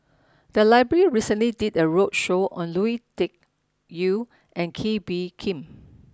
the library recently did a roadshow on Lui Tuck Yew and Kee Bee Khim